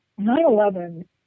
9-11